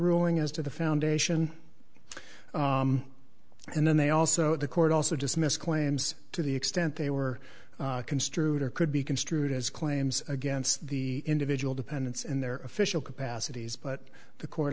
ruling as to the foundation and then they also the court also dismissed claims to the extent they were construed or could be construed as claims against the individual dependents in their official capacities but the court